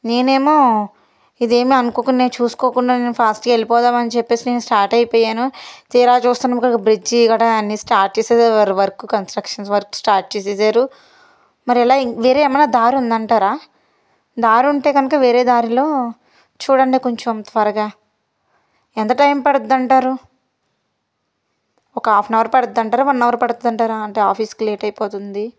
నేనేమో ఇదేమి అనుకోకుండా చూసుకోకుండా నేను ఫాస్ట్గా వెళ్ళిపోదాం అని చెప్పేసి నేను స్టార్ట్ అయిపోయాను తీరా చూస్తే ఇక్కడ బ్రిడ్జి అన్నీ స్టార్ట్ చేసేసారు వర్క్ కన్స్ట్రక్షన్ వర్క్ స్టార్ట్ చేసేసారు మరి ఎలా వేరే ఏమైనా దారి ఉంది అంటారా దారి ఉంటే కనుక వేరే దారిలో చూడండి కొంచెం త్వరగా ఎంత టైం పడుద్ది అంటారు ఒక హాఫ్ ఆన్ అవర్ పడుద్ది అంటారా ఒక వన్ అవర్ పడుద్ది అంటారా అంటే ఆఫీస్కి లేట్ అయిపోతుంది